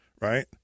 right